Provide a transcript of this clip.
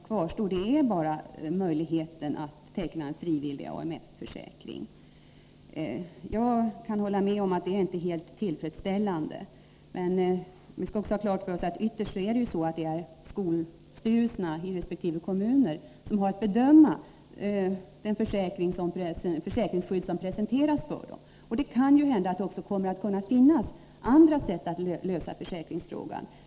Men tyvärr kvarstår endast möjligheten att teckna en frivillig AMF-försäkring. Jag kan hålla med om att detta inte är helt tillfredsställande, men vi skall också ha klart för oss att det ytterst är skolstyrelserna i resp. kommuner som har att bedöma det försäkringsskydd som presenteras för dem. Det kommer kanske också att finnas andra sätt att lösa försäkringsfrågan.